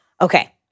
Okay